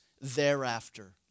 thereafter